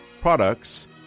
products